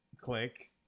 Click